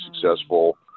successful